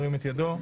ירים את ידו.